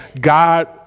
God